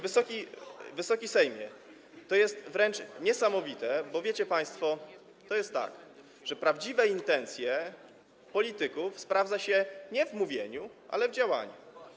Wysoki Sejmie, to jest wręcz niesamowite, bo wiecie państwo, to jest tak, że prawdziwe intencje polityków sprawdza się nie w mówieniu, ale w działaniu.